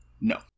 No